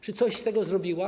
Czy coś z tego zrobiła?